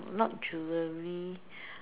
not jewellery